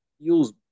feels